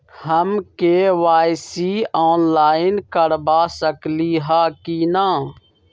हम KYC online करवा सकली ह कि न?